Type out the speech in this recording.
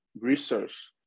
research